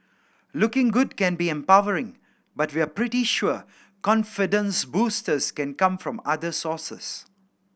looking good can be empowering but we're pretty sure confidence boosters can come from other sources